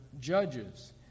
judges